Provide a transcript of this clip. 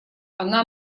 она